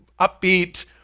upbeat